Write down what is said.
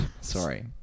Sorry